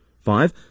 Five